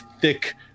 thick